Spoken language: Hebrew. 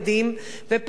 ופעם שנייה,